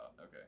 Okay